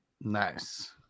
Nice